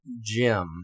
Jim